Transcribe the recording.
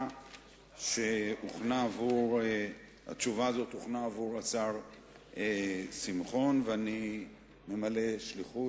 שהוכנה עבור השר שמחון ואני ממלא שליחות.